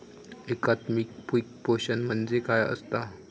एकात्मिक पीक पोषण म्हणजे काय असतां?